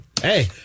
Hey